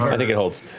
i think it holds.